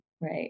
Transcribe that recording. right